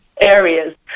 areas